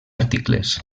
articles